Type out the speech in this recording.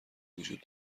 وجود